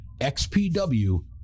XPW